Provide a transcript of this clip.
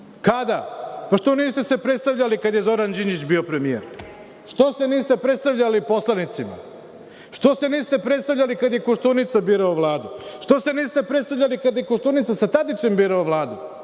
Kada? Što se niste predstavljali kada je Zoran Đinđić bio premijer? Što se niste predstavljali poslanicima? Što se niste predstavljali kada je Koštunica birao Vladu? Što se niste predstavljali kada je Koštunica sa Tadićem birao Vladu?